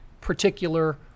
particular